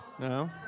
No